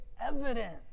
evidence